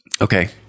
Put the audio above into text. Okay